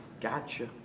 gotcha